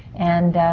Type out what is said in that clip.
and.